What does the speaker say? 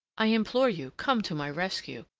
i implore you, come to my rescue.